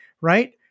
Right